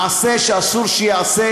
מעשה שאסור שייעשה,